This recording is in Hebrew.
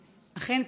אכן,